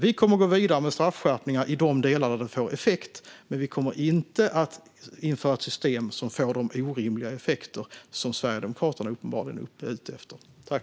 Vi kommer att gå vidare med straffskärpningar i de delar där det får effekt, men vi kommer inte att införa ett system som får de orimliga effekter som Sverigedemokraterna uppenbarligen är ute efter.